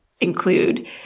include